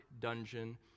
dungeon